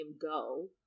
go